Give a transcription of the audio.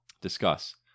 discuss